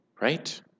right